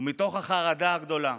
ומתוך החרדה הגדולה